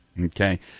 Okay